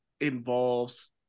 involves